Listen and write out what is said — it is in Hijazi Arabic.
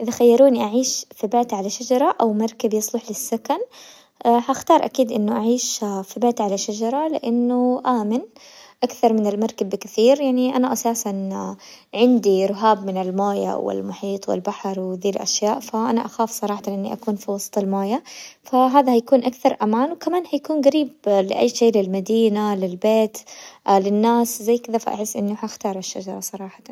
اذا خيروني اعيش في بيت على شجرة او مركب يصلح للسكن حختار اكيد انه اعيش في بيت على شجرة، لانه امن اكثر من المركب بكثير، يعني انا اساسا عندي رهاب من الموية والمحيط والبحر وذي الاشياء، فانا اخاف صراحة اني اكون في وسط الموية، فهذا حيكون اكثر امان، وكمان حيكون قريب لاي شي للمدينة، للبيت، للناس زي كذا فاحس اني حختار الشجرة صراحة.